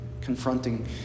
confronting